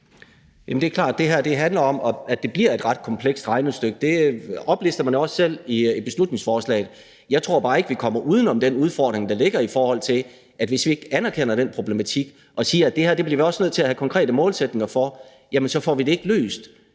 det her handler om, at det bliver et ret komplekst regnestykke. Det oplister man også selv i beslutningsforslaget. Jeg tror bare ikke, vi kommer uden om den udfordring, der ligger, i forhold til at hvis vi ikke anerkender den problematik og siger, at det her bliver vi også nødt til at have konkrete målsætninger for, jamen så får vi det ikke løst.